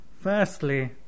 Firstly